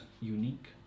unique